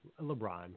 LeBron